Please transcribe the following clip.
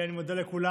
אני מודה לכולם.